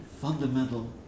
fundamental